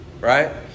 Right